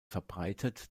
verbreitet